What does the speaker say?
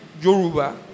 Joruba